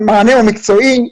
המענה הוא מקצועי,